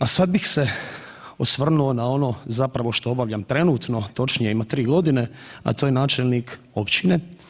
A sada bih se osvrnuo na ono što obavljam trenutno, točnije ima tri godine, a to je načelnik općine.